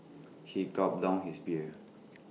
he gulped down his beer